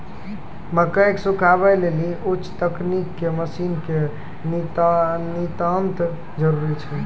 मकई के सुखावे लेली उच्च तकनीक के मसीन के नितांत जरूरी छैय?